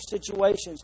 situations